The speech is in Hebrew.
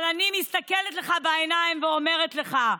אבל אני מסתכלת לך בעיניים ואומרת לך: